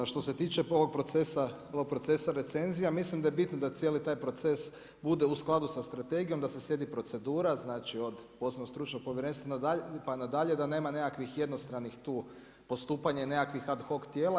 Što se tiče ovog procesa recenzija, mislim da je bitno da cijeli taj proces bude u skladu sa strategijom, da se slijedi procedura, znači od posebnog stručnog povjerenstva pa na dalje, da nema nekakvih jednostranih tu postupanja i nekakvih ad hoc tijela.